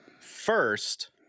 first